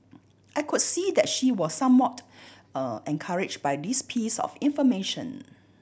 I could see that she was somewhat encourage by this piece of information